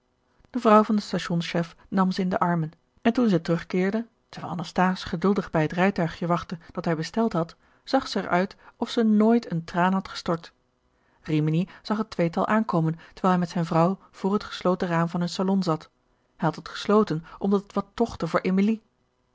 de vrouw van den stationschef nam zij in de armen en toen zij terugkeerde terwijl anasthase geduldig bij het rijtuigje wachtte dat hij besteld had zag zij er uit of zij nooit een traan had gestort rimini zag het tweetal aankomen terwijl hij met zijne vrouw voor het gesloten raam van hun salon zat hij had het gesloten omdat het wat tochtte voor emilie